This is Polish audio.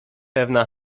pewna